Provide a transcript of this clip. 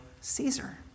Caesar